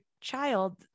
child